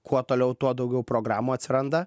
kuo toliau tuo daugiau programų atsiranda